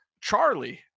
Charlie